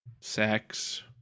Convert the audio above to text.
sex